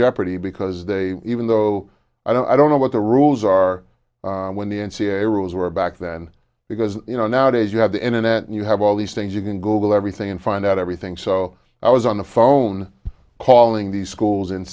jeopardy because they even though i don't i don't know what the rules are when the n c a a rules were back then because you know nowadays you have the internet and you have all these things you can google everything and find out everything so i was on the phone calling these schools and